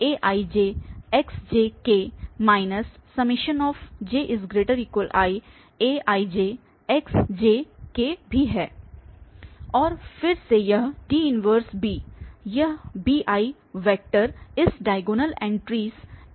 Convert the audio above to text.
और फिर से यह D 1b यह bi वेक्टर इस डायगोनल एंट्रीस aii से विभाजित होगा